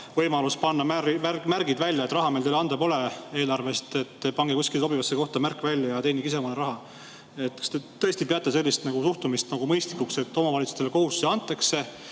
võimalus panna märgid välja. Et raha meil teile eelarvest anda pole, pange kusagil sobivasse kohta märk välja ja teenige ise omale raha. Kas te tõesti peate sellist suhtumist mõistlikuks, et omavalitsustele kohustusi antakse,